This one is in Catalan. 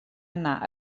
anar